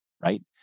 Right